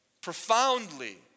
profoundly